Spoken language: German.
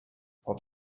port